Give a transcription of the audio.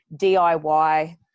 DIY